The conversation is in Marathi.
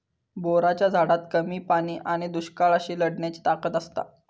बोराच्या झाडात कमी पाणी आणि दुष्काळाशी लढण्याची ताकद असता